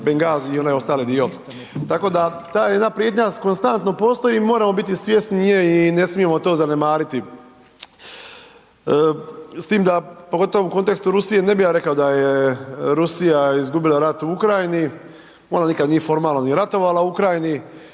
Bengazije i onaj ostali dio, tako da ta jedna prijetnja konstantno postoji i moramo biti svjesni nje i ne smijemo to zanemariti s tim da, pogotovo u kontekstu Rusije ne bi ja rekao da je Rusija izgubila rat u Ukrajini, ona nikad nije formalno ni ratovala u Ukrajini,